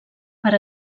per